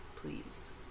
please